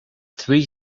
three